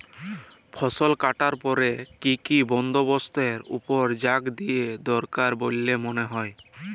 ফসলকাটার পরে কি কি বন্দবস্তের উপর জাঁক দিয়া দরকার বল্যে মনে হয়?